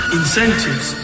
incentives